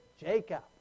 Jacob